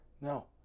No